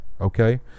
okay